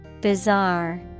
Bizarre